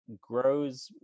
grows